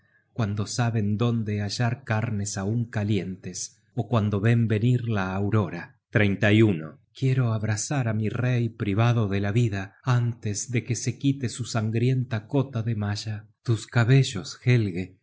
cuando saben dónde hallar carnes aun calientes ó cuando ven venir la aurora quiero abrazar á mi rey privado de la vida antes de que se quite su sangrienta cota de malla tus cabellos helge